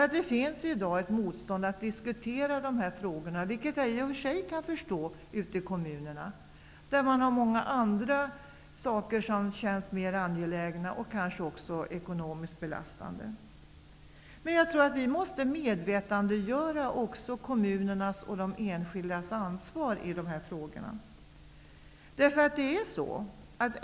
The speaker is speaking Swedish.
I dag finns det ju ett motstånd i diskussionen om dessa frågor. I och för sig kan jag förstå att det är så ute i kommunerna, där det finns många andra saker som upplevs som mer angelägna och kanske också som ekonomiskt belastande. Jag tror att vi måste göra också kommunerna och de enskilda människorna medvetna om det egna ansvaret i dessa frågor.